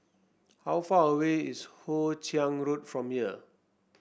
how far away is Hoe Chiang Road from here